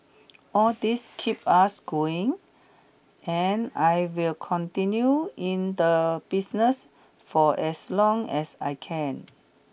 all these keep us going and I will continue in the business for as long as I can